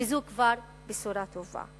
וזאת כבר בשורה טובה.